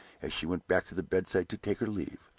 as she went back to the bedside to take her leave.